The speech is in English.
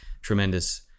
tremendous